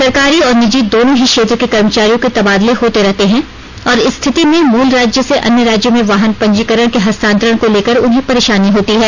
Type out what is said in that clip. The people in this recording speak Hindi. सरकारी और निजी दोनों ही क्षेत्र के कर्मचारियों के तबादले होते रहते हैं और इस स्थिति में मूल राज्य से अन्य राज्य में वाहन पंजीकरण के हस्तांतरण को लेकर उन्हें परेशानी होती है